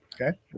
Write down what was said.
Okay